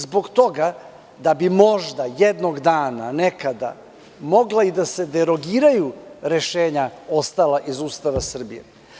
Zbog toga da bi možda jednog dana nekada, mogla i da se derogiraju rešenja ostala iz Ustava Srbije.